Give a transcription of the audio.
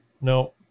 no